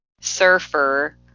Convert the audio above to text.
surfer